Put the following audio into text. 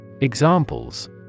Examples